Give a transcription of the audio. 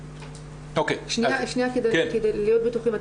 כדי להיות בטוחים,